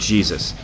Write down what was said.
Jesus